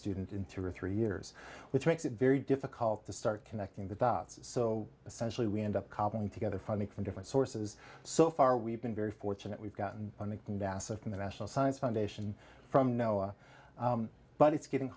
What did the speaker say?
student in two or three years which makes it very difficult to start connecting the dots so essentially we end up cobbling together funding from different sources so far we've been very fortunate we've gotten nasa from the national science foundation from noah but it's getting